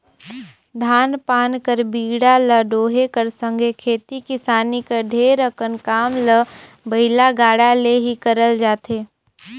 धान पान कर बीड़ा ल डोहे कर संघे खेती किसानी कर ढेरे अकन काम ल बइला गाड़ा ले ही करल जाथे